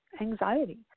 anxiety